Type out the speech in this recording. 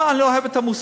אה, אני אוהב את המוסר.